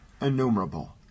innumerable